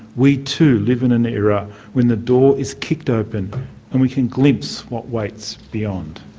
we too live in an era when the door is kicked open and we can glimpse what awaits beyond.